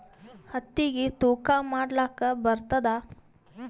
ಹತ್ತಿಗಿ ತೂಕಾ ಮಾಡಲಾಕ ಬರತ್ತಾದಾ?